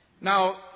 Now